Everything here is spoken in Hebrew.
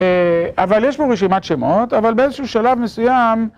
אבל יש בו רשימת שמות, אבל באיזשהו שלב מסוים...